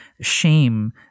shame